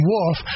Wolf